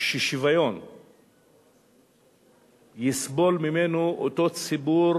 שבעניין השוויון יסבול רק אותו ציבור